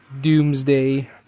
doomsday